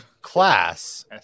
class